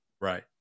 Right